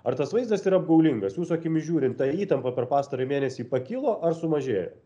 ar tas vaizdas yra apgaulingas jūsų akimis žiūrint ta įtampa per pastarąjį mėnesį pakilo ar sumažėjo